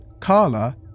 Carla